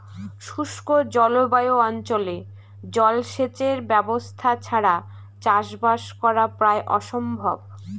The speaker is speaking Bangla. শুষ্ক জলবায়ু অঞ্চলে জলসেচের ব্যবস্থা ছাড়া চাষবাস করা প্রায় অসম্ভব